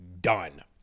done